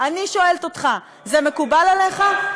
אני שואלת אותך: זה מקובל עליך?